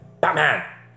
batman